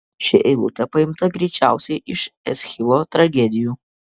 ši eilutė paimta greičiausiai iš eschilo tragedijų